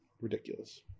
ridiculous